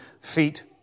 feet